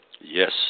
yes